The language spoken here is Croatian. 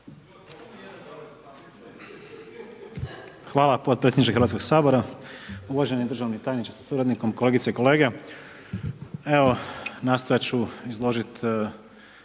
Hvala potpredsjedniče Hrvatskoga sabora. Uvaženi državni tajniče sa suradnikom, kolegice i kolege. Evo nastojat ću izložiti